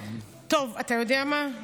טוב, אתה יודע מה?